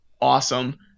awesome